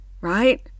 right